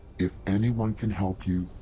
if anyone can help you,